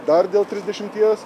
dar dėl trisdešimties